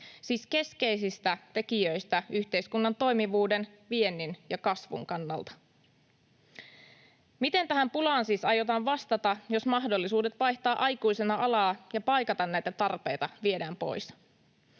siis keskeisistä tekijöistä yhteiskunnan toimivuuden, viennin ja kasvun kannalta. Miten tähän pulaan siis aiotaan vastata, jos mahdollisuudet vaihtaa aikuisena alaa ja paikata näitä tarpeita viedään pois?